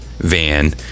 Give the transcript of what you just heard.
van